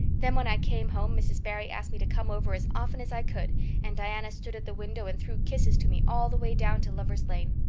then when i came home mrs. barry asked me to come over as often as i could and diana stood at the window and threw kisses to me all the way down to lover's lane.